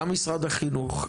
גם משרד החינוך,